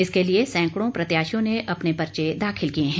इसके लिए सैंकड़ों प्रत्याशियों ने अपने पर्चे दखिल किए हैं